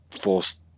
forced